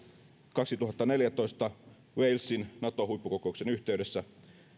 kaksituhattaneljätoista walesin nato huippukokouksen yhteydessä